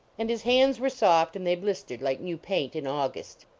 and his hands were soft, and they blistered like new paint in august.